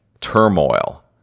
turmoil